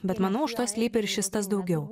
bet manau už to slypi ir šis tas daugiau